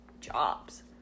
jobs